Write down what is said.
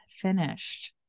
finished